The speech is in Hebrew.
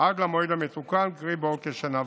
עד למועד המתוקן, קרי, בעוד כשנה וחצי.